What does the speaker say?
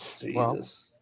Jesus